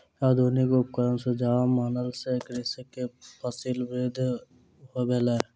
आधुनिक उपकरणक सुझाव मानला सॅ कृषक के फसील वृद्धि भेल